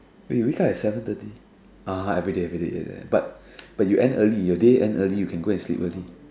wait you wake up at seven thirty ah everyday everyday but but you end early your day end early you can go and sleep early